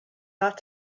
not